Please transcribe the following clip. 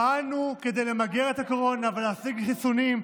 פעלנו כדי למגר את הקורונה ולהשיג חיסונים,